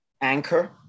anchor